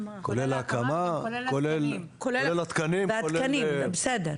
כולל ההקמה, כולל התקנים, כולל עובדים סוציאליים.